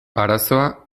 arazoa